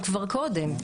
כבר קודם,